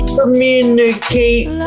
communicate